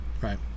right